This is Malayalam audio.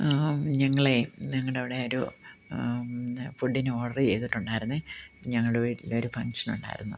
ഞങ്ങളേ ഞങ്ങളുടെ അവിടെ ഒരു ഫുഡിന് ഓർഡർ ചെയ്തിട്ടുണ്ടായിരുന്നേ ഞങ്ങളുടെ വീട്ടിലൊരു ഫംഗ്ഷൻ ഉണ്ടായിരുന്നു